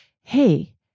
Hey